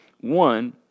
One